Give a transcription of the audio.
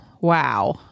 Wow